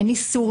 אין איסור,